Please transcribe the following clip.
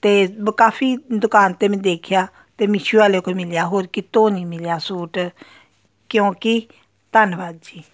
ਅਤੇ ਕਾਫ਼ੀ ਦੁਕਾਨ 'ਤੇ ਮੈਂ ਦੇਖਿਆ ਤੇ ਮੀਸ਼ੋ ਵਾਲੇ ਕੋਲ ਮਿਲਿਆ ਹੋਰ ਕਿਤੋਂ ਨਹੀਂ ਮਿਲਿਆ ਸੂਟ ਕਿਉਂਕਿ ਧੰਨਵਾਦ ਜੀ